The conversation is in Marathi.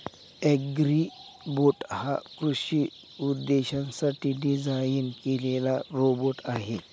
अॅग्रीबोट हा कृषी उद्देशांसाठी डिझाइन केलेला रोबोट आहे